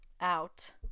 out